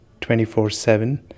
24-7